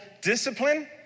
discipline